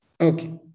Okay